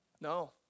No